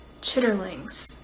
chitterlings